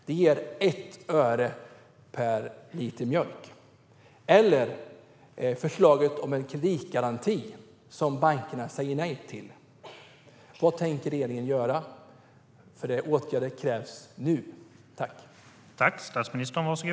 Det ger ett öre per liter mjölk. Det finns ett förslag till kreditgaranti som bankerna säger nej till. Vad tänker regeringen göra? Åtgärder krävs nu.